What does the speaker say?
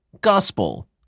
gospel